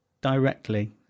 directly